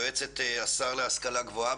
יועצת השר להשכלה גבוהה,